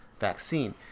vaccine